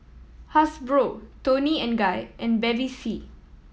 Hasbro Toni and Guy and Bevy C